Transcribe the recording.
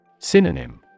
Synonym